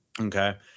Okay